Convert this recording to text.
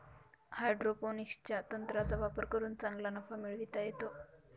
हायड्रोपोनिक्सच्या तंत्राचा वापर करून चांगला नफा मिळवता येतो